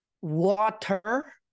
Water